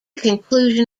conclusion